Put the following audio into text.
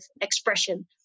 expression